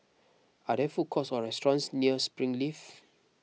are there food courts or restaurants near Springleaf